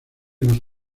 nos